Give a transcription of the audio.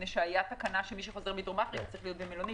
כי היתה תקנה שמי שחוזר מדרום אפריקה צריך להיות במלונית,